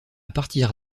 partir